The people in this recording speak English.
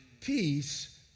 Peace